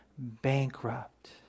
bankrupt